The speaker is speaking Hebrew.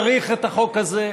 צריך את החוק הזה,